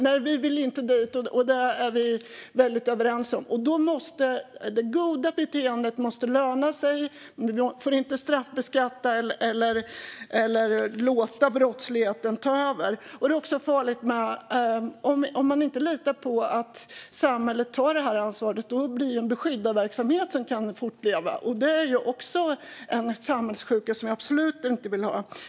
Nej, dit vill vi inte komma - där är vi väldigt överens. Det goda beteendet måste löna sig. Vi får inte straffbeskatta eller låta brottsligheten ta över. Det finns också en fara. Om man inte litar på att samhället tar ansvar blir det en beskyddarverksamhet som kan fortleva. Också det är en samhällssjuka som vi absolut inte vill ha.